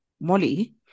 molly